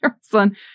son